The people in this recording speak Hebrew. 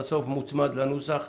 בסוף,